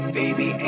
baby